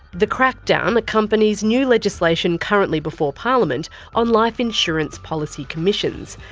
the crackdown accompanies new legislation currently before parliament on life insurance policy commissions,